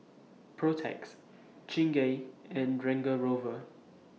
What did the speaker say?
Protex Chingay and Range Rover